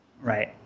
Right